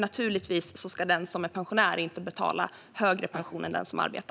Naturligtvis ska den som är pensionär inte betala högre skatt än den som arbetar.